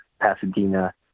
Pasadena